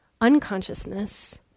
unconsciousness